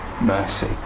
mercy